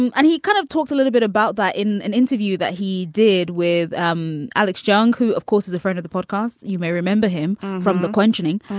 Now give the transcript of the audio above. and and he kind of talked a little bit about that in an interview that he did with um alex jones, who, of course, is a friend of the podcast. you may remember him from the questioning.